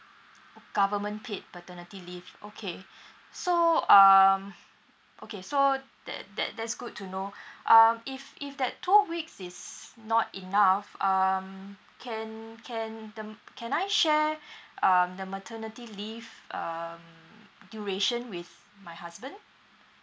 government paid paternity leave okay so um okay so that that that's good to know um if if that two weeks is not enough um can can um can I share um the maternity leave um duration with my husband